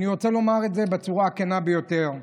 אני רוצה לומר את זה בצורה הכנה ביותר.